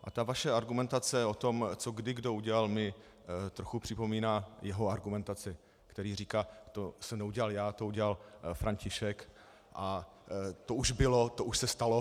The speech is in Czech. A vaše argumentace o tom, co kdy kdo udělal, mi trochu připomíná jeho argumentaci, kdy říká, to jsem neudělal já, to udělal František a to už bylo, to už se stalo.